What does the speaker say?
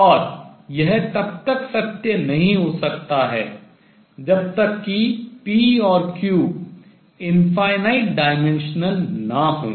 और यह तब तक सत्य नहीं हो सकता जब तक कि p और q infinite dimensional अनंत आयामी न हों